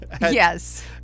Yes